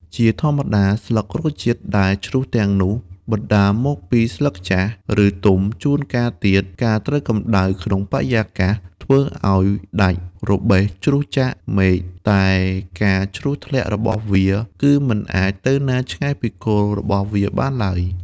ជាធម្មតា ស្លឹករុក្ខជាតិដែលជ្រុះទាំងនោះ បណ្តាលមកពីស្លឹកចាស់ ឬទុំ ជួនកាលទៀត ការត្រូវកំដៅក្នុងបរិយាកាសធ្វើអោយដាច់របេះជ្រុះចាកមែកតែការជ្រុះធ្លាក់របស់វា គឺមិនអាចទៅណាឆ្ងាយពីគល់របស់វាបានឡើយ។